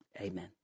amen